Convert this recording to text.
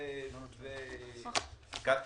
קטי,